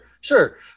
sure